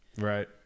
Right